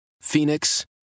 Phoenix